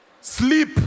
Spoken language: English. sleep